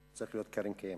צריך להיות "קרן קיימת",